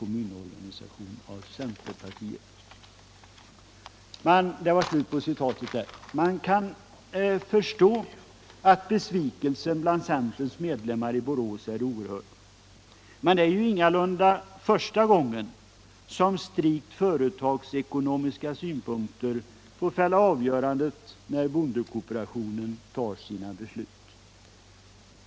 Man kan förstå att besvikelsen bland centerns medlemmar i Borås är oerhörd, men det är ju ingalunda första gången som strikt företagsekonomiska synpunkter får fälla avgörandet. när bondekooperationen fattar sina beslut.